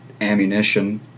ammunition